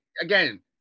again